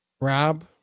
Rob